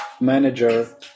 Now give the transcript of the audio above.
manager